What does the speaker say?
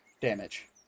damage